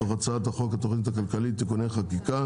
מתוך הצעת חוק התכנית הכלכלית (תיקוני חקיקה